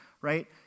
right